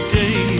day